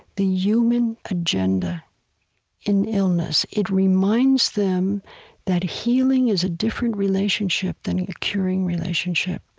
the human agenda in illness. it reminds them that healing is a different relationship than a curing relationship.